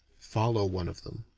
follow one of them.